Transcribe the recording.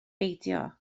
beidio